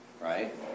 right